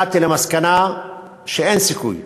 הגעתי למסקנה שאין סיכוי.